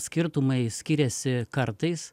skirtumai skiriasi kartais